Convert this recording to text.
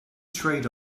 trade